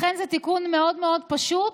לכן זה תיקון מאוד מאוד פשוט,